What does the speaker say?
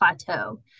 Plateau